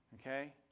Okay